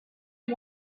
you